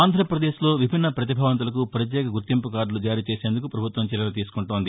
ఆంధ్రప్రదేశ్లో విభిన్న ప్రతిభావంతులకు ప్రత్యేక గుర్తింపు కార్తులు జారీ చేసేందుకు ప్రభుత్వం చర్యలు తీసుకుంటోంది